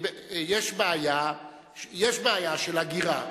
יש בעיה של הגירה,